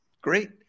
Great